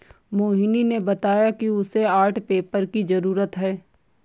मोहिनी ने बताया कि उसे आर्ट पेपर की जरूरत है